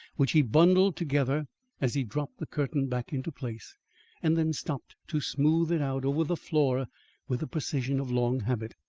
which he bundled together as he dropped the curtain back into place and then stopped to smooth it out over the floor with the precision of long habit.